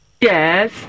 Yes